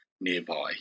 nearby